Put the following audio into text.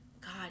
God